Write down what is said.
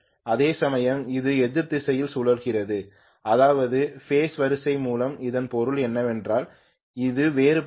அதேசமயம் இது எதிர் திசையில் சுழல்கிறது அதாவது பேஸ் வரிசை மூலம் இதன் பொருள் என்னவென்றால் அது வேறுபட்டது